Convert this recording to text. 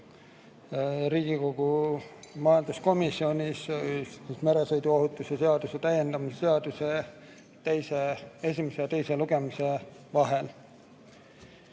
Riigikogu majanduskomisjonis meresõiduohutuse seaduse täiendamise seaduse [eelnõu] esimese ja teise lugemise vahel.